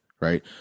right